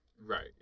Right